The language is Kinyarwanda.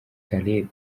caleb